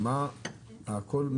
מה קורה הלאה?